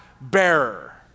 bearer